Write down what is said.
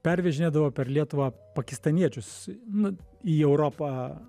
pervežinėdavo per lietuvą pakistaniečius nu į europą